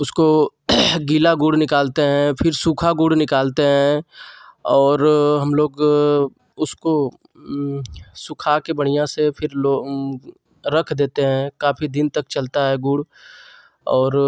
उसको गीला गुड़ निकालते हैं फिर सूखा गुड़ निकालते हैं और हम लोग उसको सूखा कर बढ़िया से फिर लो रख देते हैं काफी दिन तक चलता है गुड़ और